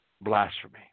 blasphemy